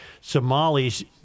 Somalis